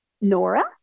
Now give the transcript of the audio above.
Nora